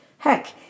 Heck